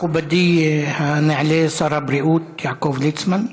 מכובדי הנעלה שר הבריאות יעקב ליצמן.